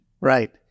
Right